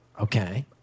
Okay